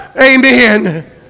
Amen